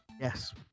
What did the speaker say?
yes